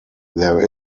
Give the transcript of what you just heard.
there